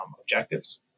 objectives